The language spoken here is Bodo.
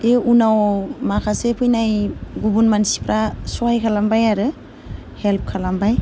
बे उनाव माखासे फैनाय गुबुन मानसिफ्रा सहाय खालामबाय आरो हेल्प खालामबाय